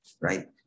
right